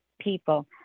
people